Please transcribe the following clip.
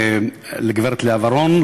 הגברת לאה ורון,